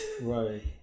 right